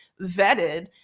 vetted